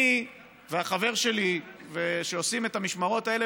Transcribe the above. אני והחבר שלי שעושים את המשמרות האלה